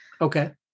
Okay